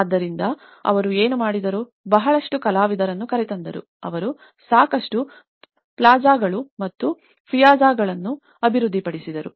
ಆದ್ದರಿಂದ ಅವರು ಏನು ಮಾಡಿದರು ಬಹಳಷ್ಟು ಕಲಾವಿದರನ್ನು ಕರೆತಂದರು ಅವರು ಸಾಕಷ್ಟು ಪ್ಲಾಜಾಗಳುPlazas ಮತ್ತು ಪಿಯಾಝಾಗಳನ್ನು ಅಭಿವೃದ್ಧಿಪಡಿಸಿದರು